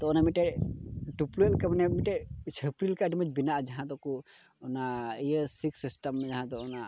ᱛᱳ ᱚᱱᱮ ᱢᱤᱫᱴᱮᱡ ᱴᱩᱯᱞᱟᱹᱜ ᱞᱮᱠᱟ ᱢᱮᱱᱟᱜᱼᱟ ᱢᱤᱫᱴᱮᱡ ᱪᱷᱟᱹᱯᱨᱤ ᱞᱮᱠᱟ ᱵᱮᱱᱟᱜᱼᱟ ᱟᱹᱰᱤ ᱢᱚᱡᱽ ᱡᱟᱦᱟᱸ ᱫᱚᱠᱚ ᱚᱱᱟ ᱤᱭᱟᱹ ᱥᱤᱧ ᱥᱤᱥᱴᱮᱢ ᱡᱟᱦᱟᱫᱚ ᱚᱱᱟ